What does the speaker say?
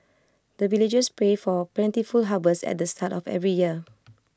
the villagers pray for plentiful harvest at the start of every year